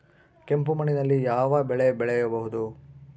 ಕೆಂಪು ಮಣ್ಣಿನಲ್ಲಿ ಯಾವ ಬೆಳೆ ಬೆಳೆಯಬಹುದು?